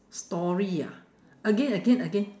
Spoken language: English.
story ah again again again